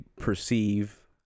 perceive